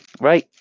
right